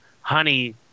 honey